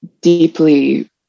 deeply